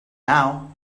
now